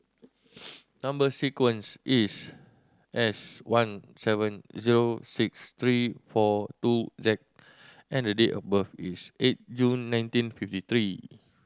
number sequence is S one seven zero six three four two Z and date of birth is eight June nineteen fifty three